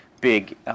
big